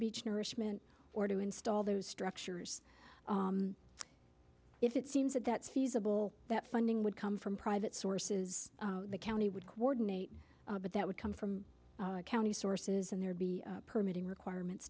beach nourishment or to install those structures if it seems that that's feasible that funding would come from private sources the county would coordinate but that would come from county sources and there'd be permitting requirements